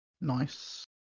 Nice